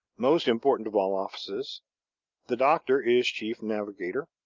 most important of all offices the doctor is chief navigator,